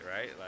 right